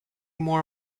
more